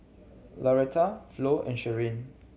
Lauretta Flo and Sherlyn